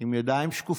עם ידיים שקופות,